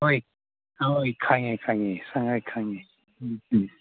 ꯍꯣꯏ ꯑꯍꯣꯏ ꯈꯪꯉꯦ ꯈꯪꯉꯦ ꯁꯉꯥꯏ ꯈꯪꯉꯦ ꯎꯝ